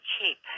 cheap